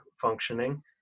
functioning